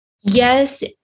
Yes